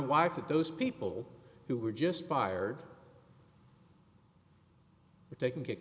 wife that those people who were just fired for taking